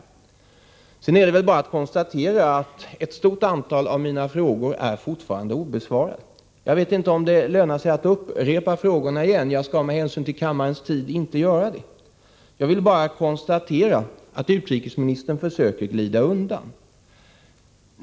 Sedan är det bara att konstatera att ett stort antal av mina frågor fortfarande är obesvarade. Jag vet inte om det lönar sig att upprepa dem. Jag skall med hänsyn till kammarens tid inte göra det utan bara konstatera att utrikesministern försöker glida undan.